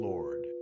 Lord